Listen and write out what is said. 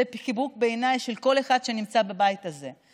בעיניי זה חיבוק של כל אחד שנמצא בבית הזה.